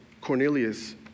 Cornelius